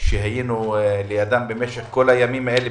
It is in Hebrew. שהיינו לידם במשך כל הימים האלה,